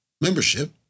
membership